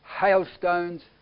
hailstones